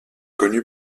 connue